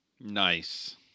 Nice